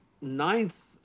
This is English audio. ninth